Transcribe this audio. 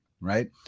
Right